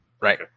Right